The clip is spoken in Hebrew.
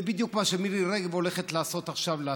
זה בדיוק מה שמירי רגב הולכת לעשות לסרטים.